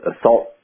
assault